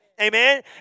Amen